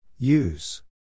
Use